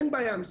אין בעיה עם זה,